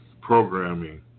programming